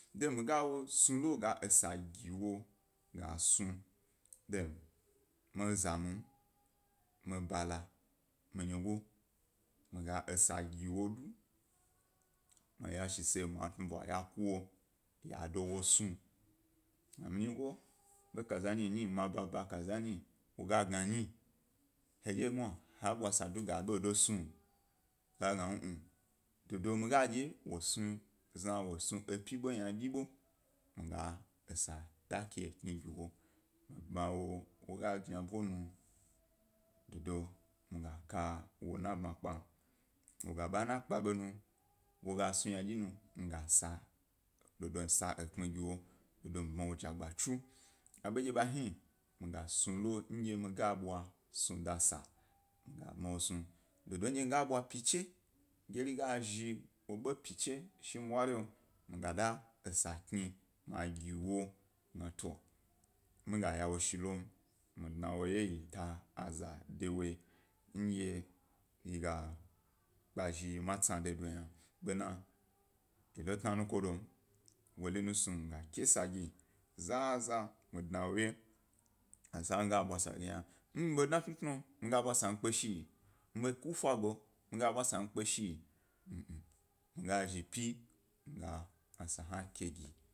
De mi gas nu lo ga esa gi wo, gas nu, de mi za mum, mi bala mi nyigo, miga esa giwo du, miya shi se ma tnuḃwa yaku wo ya du wo snu, mi ga nygo ḃo ka za nyi wo nyi, ma ba eba ka za nyi wo gnanyi, he dye mwna ha bwa sadu ga ḃodo snu, wo ga gna ngn, dodo miya dye wo zna wo snu epyi ḃo ynadyi ḃo, miga esa da ke kni ge wo mi bmyawo, wo ga jna ḃonu, dodo mi g aka wo ena binya kpa, wo ḃe ena kpa ḃomi, wo gas nu ynadyi mi gas a, dodo mi gas a ekpmi gi wo, dodo mi buyawo jagba tsu, aḃo ndy ḃa hni mi snu lo ndye mi ga ḃwa snuda sa mi ga bmya wo snu, dodo ndy miga pyi chi, geri gazhi wo ḃo pyi cha shi mi ḃwari mi ga da esa kni ma gi wo, mi gna to miga ya was hi lom, mi dna wo wye yi to aza de woyi ndye yi kpe zhi yi matsi de doji yna, be na yi lo tna nukodom, wori snu mi ga ke esa gi, zaza mi dna wye, esa mi ga ḃwa sa gi yna, ndye mi ḃodna tnutnu mi ga bwa sa mi kpe shi, mi ku efa gbe mi ga bwa sa mi kpe-shi mi ga zhi pyi mi ga esa hna ke gi.